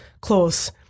close